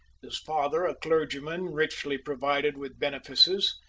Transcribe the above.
his father, a clergyman richly provided with benefices,